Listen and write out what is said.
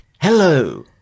Hello